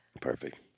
Perfect